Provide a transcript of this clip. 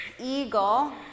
eagle